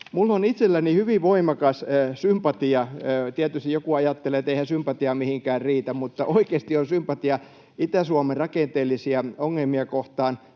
minulla on itselläni hyvin voimakas sympatia — tietysti joku ajattelee, etteihän sympatia mihinkään riitä — Itä-Suomen rakenteellisia ongelmia kohtaan.